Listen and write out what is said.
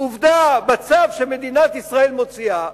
עובדה שלפי צו שמדינת ישראל מוציאה,